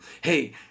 Hey